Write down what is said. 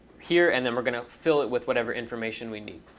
here. and then we're going to fill it with whatever information we need.